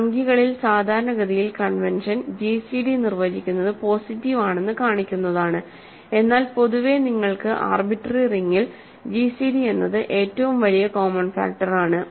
സംഖ്യകളിൽ സാധാരണഗതിയിൽ convention GCD നിർവചിക്കുന്നത് പോസിറ്റീവ് ആണെന്ന് കാണിക്കുന്നതാണ് എന്നാൽ പൊതുവേ നിങ്ങൾക്ക് ആർബിട്രറി റിങ്ങിൽ ജിസിഡി എന്നത് ഏറ്റവും വലിയ കോമൺ ഫാക്ടർ ആണ്